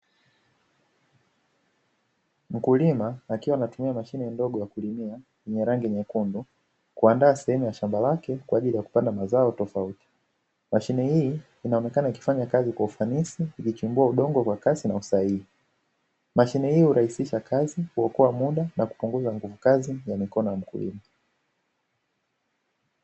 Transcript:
Mkulima akiwa anatumia machine ndogo ya kulimia rangi nyekundu kuandaa sehemu ya shamba lake kwa ajili ya kupanda mazao tofauti mashine, hii inaonekana ikifanya kazi kwa ufanisi ikichimbua udongo kwa kasi na usahihi, mashine hii hurahisisha kazi kuokoa muda na kupunguza nguvukazi ya mikono.